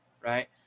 Right